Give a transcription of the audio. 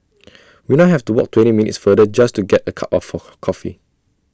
we now have to walk twenty minutes farther just to get A cup of her coffee